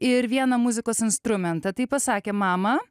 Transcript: ir vieną muzikos instrumentą tai pasakė mama